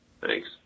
Thanks